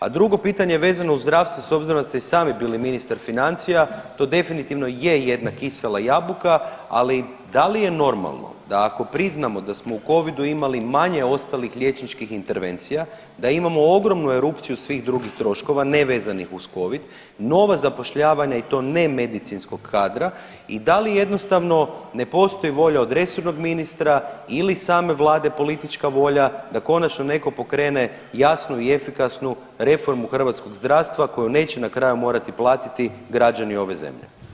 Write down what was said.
A drugo pitanje vezano uz zdravstvo s obzirom da ste i sami bili ministar financija to definitivno je jedna kisela jabuka, ali da li je normalno da ako priznamo da smo u covidu imali manje ostalih liječničkih intervencija da imamo ogromnu erupciju svih drugih troškova nevezanih uz covid, nova zapošljavanja i to ne medicinskog kadra i da li jednostavno ne postoji volja od resornog ministra ili same vlade politička volja da konačno neko pokrene jasnu i efikasnu reformu hrvatskog zdravstva koja neće na kraju morati platiti građani ove zemlje?